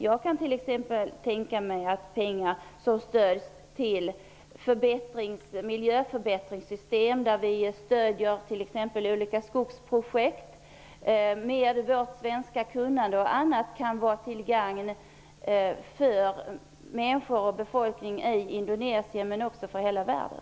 Jag kan tänka mig stödpengar till miljöförbättringssystem, exempelvis när det gäller olika skogsprojekt. Bl.a. vårt svenska kunnande kan vara till gagn för befolkningen i Indonesien, och för hela världen.